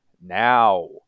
now